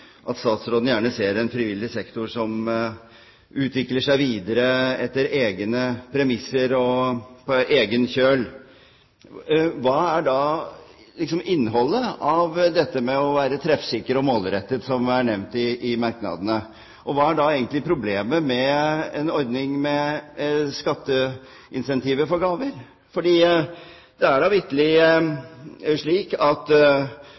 at statsråden gjerne ser en frivillig sektor som utvikler seg videre på egne premisser og på egen kjøl, hva er da innholdet i det å være «treffsikkert» og «målrettet», som er nevnt i merknadene? Hva er egentlig problemet med en ordning om skatteincentiver for gaver? For det er da vitterlig slik at